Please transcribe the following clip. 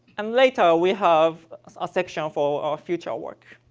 and later, we have a section for our future work.